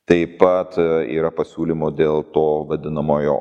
taip pat yra pasiūlymų dėl to vadinamojo